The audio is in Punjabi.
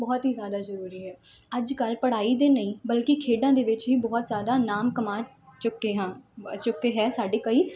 ਬਹੁਤ ਹੀ ਜ਼ਿਆਦਾ ਜ਼ਰੂਰੀ ਹੈ ਅੱਜ ਕੱਲ੍ਹ ਪੜ੍ਹਾਈ ਦੇ ਨਹੀਂ ਬਲਕਿ ਖੇਡਾਂ ਦੇ ਵਿੱਚ ਹੀ ਬਹੁਤ ਜ਼ਿਆਦਾ ਨਾਮ ਕਮਾ ਚੁੱਕੇ ਹਾਂ ਚੁੱਕੇ ਹੈ ਸਾਡੇ ਕਈ